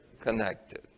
connected